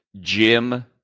Jim